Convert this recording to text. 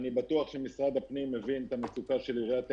ואני בטוח שמשרד הפנים מבין את המצוקה של עיריית אילת,